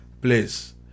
place